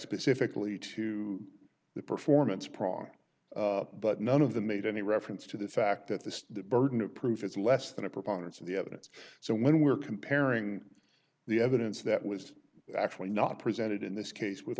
specifically to the performance project but none of them made any reference to the fact that the burden of proof is less than a proponents of the evidence so when we're comparing the evidence that was actually not presented in this case with